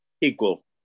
equal